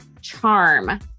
charm